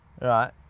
Right